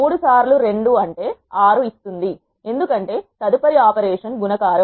3 సార్లు 2 అంటే 6 ఎందుకంటే తదుపరి ఆపరేషన్ గుణకారం